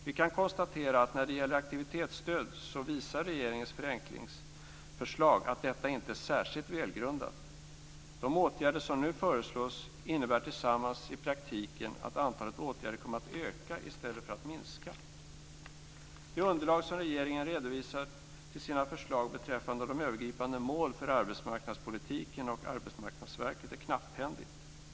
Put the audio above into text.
Vi kan konstatera att när det gäller aktivitetsstöd visar regeringens förenklingsförslag att detta inte är särskilt välgrundat. De åtgärder som nu föreslås innebär tillsammans i praktiken att antalet åtgärder kommer att öka i stället för satt minska. Det underlag som regeringen redovisar till sina förslag beträffande de övergripande målen för arbetsmarknadspolitiken och Arbetsmarknadsverket är knapphändigt.